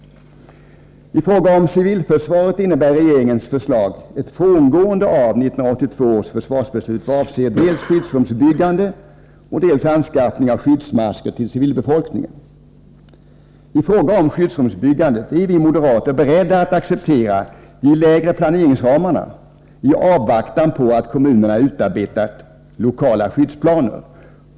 I fråga om civilförsvaret innebär regeringens förslag ett frångående av 1982 års försvarsbeslut vad avser dels skyddsrumsbyggande, dels anskaffning av skyddsmasker till civilbefolkningen. Beträffande skyddsrumsbyggandet är vi moderater beredda att acceptera de lägre planeringsramarna i avvaktan på att kommunerna utarbetat lokala skyddsplaner.